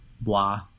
blah